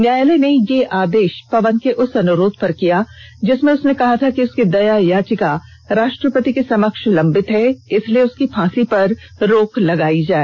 न्यायालय ने यह आदेश पवन के उस अनुरोध पर किया जिसमें उसने कहा था कि उसकी दया याचिका राष्ट्रपति के समक्ष लम्बित है इसलिए उसकी फांसी पर रोक लगाई जाए